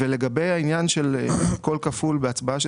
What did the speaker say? לגבי העניין של הקול הכפול בהצבעה,